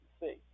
see